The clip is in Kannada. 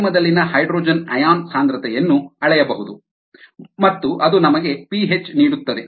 ಮಾಧ್ಯಮದಲ್ಲಿನ ಹೈಡ್ರೋಜನ್ ಅಯಾನ್ ಸಾಂದ್ರತೆಯನ್ನು ಅಳೆಯಬಹುದು ಮತ್ತು ಅದು ನಮಗೆ ಪಿಹೆಚ್ ನೀಡುತ್ತದೆ